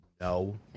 No